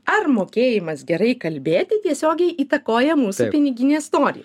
ar mokėjimas gerai kalbėti tiesiogiai įtakoja mūs piniginės storį